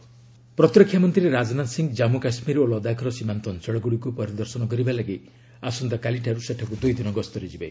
ରାଜନାଥ ସିଂହ ପ୍ରତୀରକ୍ଷା ମନ୍ତ୍ରୀ ରାଜନାଥ ସିଂହ ଜାମ୍ଗୁ କାଶ୍ମୀର ଓ ଲଦାଖର ସୀମାନ୍ତ ଅଞ୍ଚଳଗୁଡ଼ିକୁ ପରିଦର୍ଶନ କରିବା ଲାଗି ଆସନ୍ତାକାଲିଠାରୁ ସେଠାକୁ ଦୁଇଦିନ ଗସ୍ତରେ ଯିବେ